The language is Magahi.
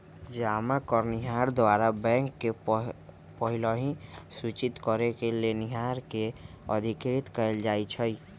जमा करनिहार द्वारा बैंक के पहिलहि सूचित करेके लेनिहार के अधिकृत कएल जाइ छइ